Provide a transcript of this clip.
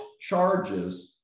charges